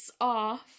off